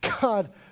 God